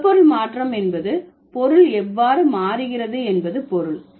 சொற்பொருள் மாற்றம் என்பது பொருள் எவ்வாறு மாறுகிறது என்பது பொருள்